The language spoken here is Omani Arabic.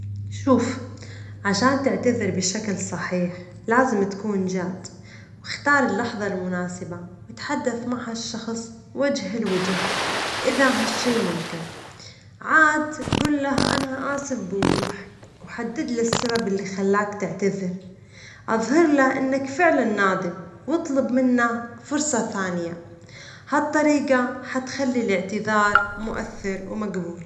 شوف، عشان تعتذر بشكل صحيح لازم تكون جاد، واختار اللحظة المناسبة وتحدث مع هالشخص وجه لوجه إذا هالشي ممكن عاد جل له "أنا آسف" بوضوح، وحدد له السبب اللي خلاك تعتذر، أظهر له إنك فعلاً نادم، واطلب منه فرصة ثانية. هالطريقة حتخلي الاعتذار مؤثر ومجبول.